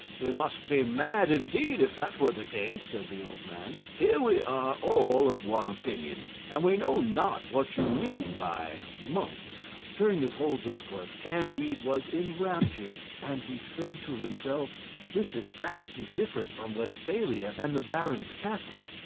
we must be mad, indeed, if that were the case, said the old man here we are all of one opinion, and we know not what you mean by monks. during this whole discourse candide was in raptures, and he said to himself this is vastly different from westphalia and the baron's castle.